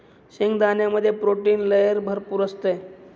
शेंगदाण्यामध्ये protein layer भरपूर असते